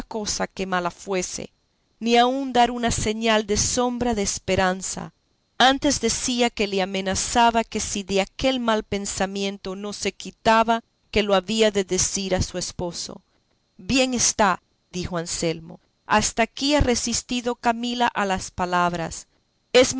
cosa que mala fuese ni aun dar una señal de sombra de esperanza antes decía que le amenazaba que si de aquel mal pensamiento no se quitaba que lo había de decir a su esposo bien está dijo anselmo hasta aquí ha resistido camila a las palabras es